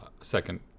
second